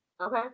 okay